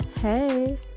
Hey